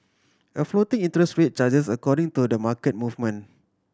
a floating interest rate charges according to the market movement